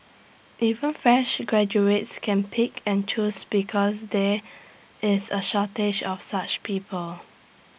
even fresh graduates can pick and choose because there is A shortage of such people